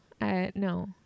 no